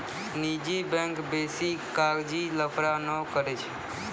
निजी बैंक बेसी कागजी लफड़ा नै करै छै